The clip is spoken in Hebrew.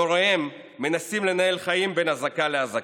והוריהם מנסים לנהל חיים בין אזעקה לאזעקה.